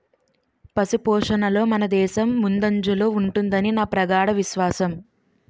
పశుపోషణలో మనదేశం ముందంజలో ఉంటుదని నా ప్రగాఢ విశ్వాసం